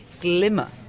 glimmer